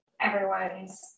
everyone's